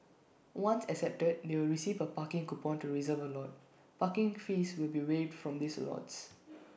once accepted they'll receive A parking coupon to reserve A lot parking fees will be waived for these lots